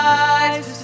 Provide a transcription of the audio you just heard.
eyes